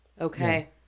Okay